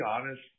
honest